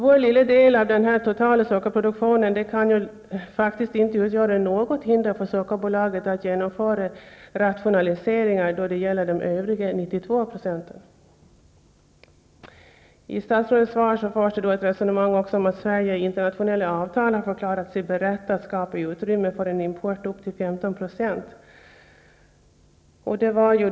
Vår lilla del av den totala sockerproduktionen kan inte utgöra något hinder för Sockerbolaget att genomföra rationaliseringar då det gäller övriga 92 %. I statsrådets svar förs ett resonemang om att Sverige i ett internationellt avtal har förklarat sig berett att skapa utrymme för import upp till 15 %.